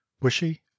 bushy